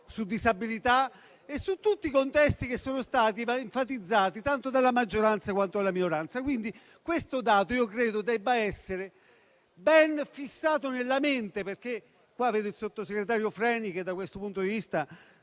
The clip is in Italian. la disabilità e tutti i contesti che sono stati enfatizzati, tanto dalla maggioranza quanto dalla minoranza. Questo dato deve essere ben fissato nella mente. Vedo in Aula il sottosegretario Freni, che, da questo punto di vista,